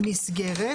"מסגרת",